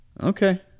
Okay